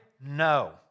No